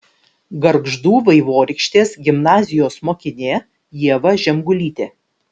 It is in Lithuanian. gargždų vaivorykštės gimnazijos mokinė ieva žemgulytė